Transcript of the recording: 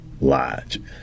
Lodge